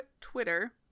Twitter